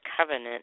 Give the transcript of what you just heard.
covenant